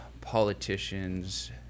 politicians